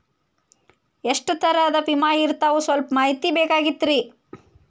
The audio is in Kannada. ಎಷ್ಟ ತರಹದ ವಿಮಾ ಇರ್ತಾವ ಸಲ್ಪ ಮಾಹಿತಿ ಬೇಕಾಗಿತ್ರಿ